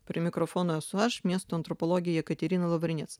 prie mikrofono esu aš miesto antropologė jekaterina lavrinec